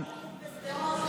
אתה עם נעלי ספורט?